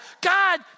God